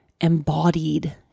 embodied